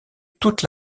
toute